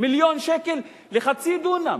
מיליון שקל לחצי דונם.